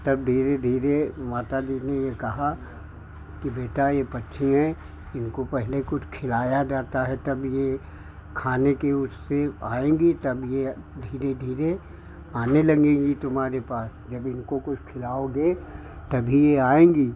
तब धीरे धीरे माता जी ने यह कहा कि बेटा यह पक्षी है इनको पहले कुछ खिलाया जाता है तब यह खाने के उससे आएँगी तब यह धीरे धीरे आने लगेंगी तुम्हारे पास जब इनको कुछ खिलाओगे तभी यह आएँगी